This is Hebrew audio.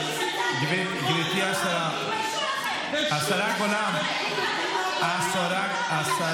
לא עוזרים לחטופי המלחמה בשום צורה.